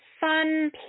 fun